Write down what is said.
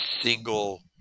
single